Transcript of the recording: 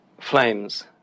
flames